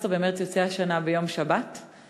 15 במרס יוצא השנה ביום שבת,